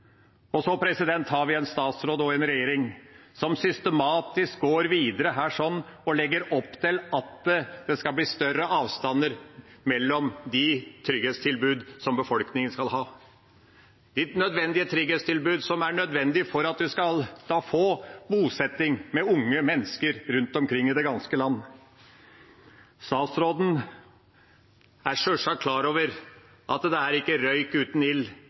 Så har vi en statsråd og en regjering som systematisk går videre og legger opp til at det skal bli større avstander mellom de trygghetstilbud befolkningen skal ha – de trygghetstilbud som er nødvendige for at en skal få bosetting med unge mennesker rundt omkring i det ganske land. Statsråden er sjølsagt klar over at det er ingen røyk uten ild. En har ikke disse protestaksjonene uten